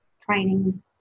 training